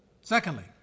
Secondly